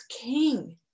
king